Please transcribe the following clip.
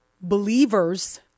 believers